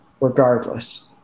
regardless